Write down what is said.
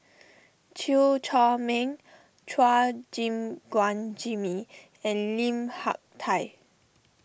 Chew Chor Meng Chua Gim Guan Jimmy and Lim Hak Tai